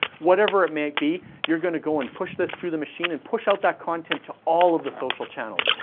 whatever it may be, you're gonna go and push this through the machine, and push out that content to all of the social channels.